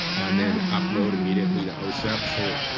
and then upload immediately to osep. so